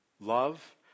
love